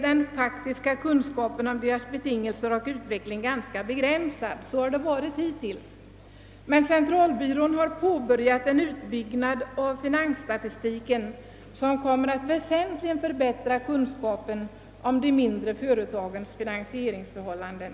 den faktiska kunskapen om dessa företags betingelser och utveckling alltjämt är ganska begränsad.» Centralbyrån har emellertid påbörjat en utbyggnad av finansstatistiken, som beräknas efter hand väsentligen förbättra kunskapen om de mindre företagens finansieringsförhållanden.